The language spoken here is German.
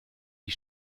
die